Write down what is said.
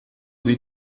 sie